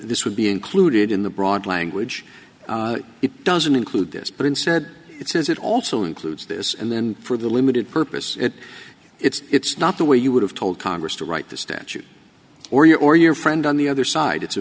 this would be included in the broad language it doesn't include this but instead it says it also includes this and then for the limited purpose it it's not the way you would have told congress to write the statute or you or your friend on the other side it's a